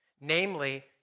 Namely